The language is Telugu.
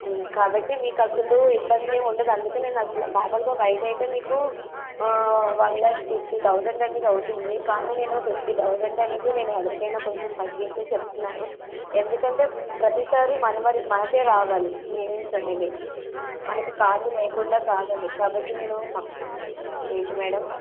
కాబట్టి మీకు అసలు ఇబ్బంది ఏమి ఉండదు అందుకని నాకు మామూలుగా బయట అయితే మీకు వన్ ల్యాక్ ఫిఫ్టీ థౌసండ్ అనేది అవుతుంది కానీ నేను ఫిఫ్టీ థౌసండ్ అనేది నేను ఎవరికైనా కొంచెం తగ్గించి చెప్తున్నాను ఎందుకంటే ప్రతిసారి మన వారి నాకే రావాలి ఈవెంట్స్ అనేవి మనకు కాదు లేకుండా కాదని కాబట్టి నేను ఏంటి మేడం